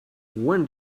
when